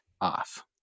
off